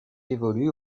évolue